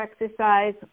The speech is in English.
exercise